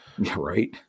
Right